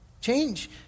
Change